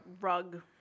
rug